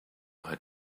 had